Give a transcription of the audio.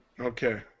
Okay